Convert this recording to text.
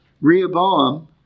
Rehoboam